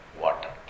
water